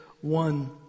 one